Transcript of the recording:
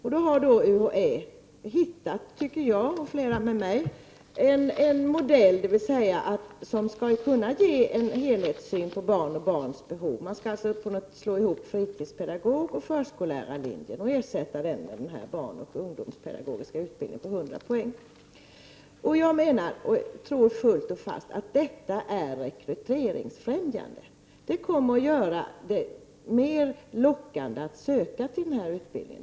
UHÄ har emellertid hittat en modell som skall kunna ge en helhetssyn på barn och barns behov. Man skall alltså kunna slå ihop fritidspedagogoch förskollärarlinjen och ersätta den med den barnoch ungdomspedagogiska utbildningen på 100 poäng. Jag tror fullt och fast att detta är rekryteringsbefrämjande. Det kommer att göra det mer lockande för människor att söka till denna utbildning.